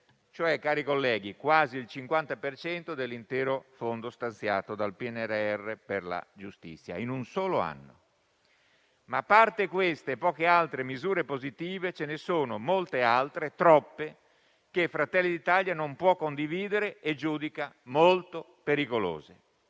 (cioè, cari colleghi, quasi il 50 per cento dell'intero fondo stanziato dal PNRR per la giustizia, in un solo anno). Ma, a parte queste e poche altre misure positive, ce ne sono molte altre (troppe) che Fratelli d'Italia non può condividere e giudica molto pericolose.